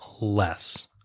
less